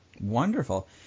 Wonderful